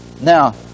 Now